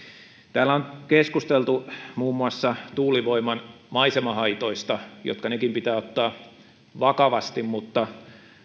täällä on keskusteltu muun muassa tuulivoiman maisemahaitoista jotka nekin pitää ottaa vakavasti mutta